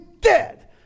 dead